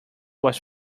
was